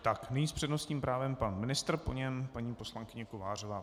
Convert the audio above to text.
Nyní s přednostním právem pan ministr, po něm paní poslankyně Kovářová.